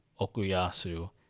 Okuyasu